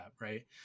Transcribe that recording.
right